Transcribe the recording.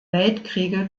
weltkriege